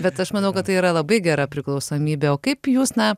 bet aš manau kad tai yra labai gera priklausomybė o kaip jūs na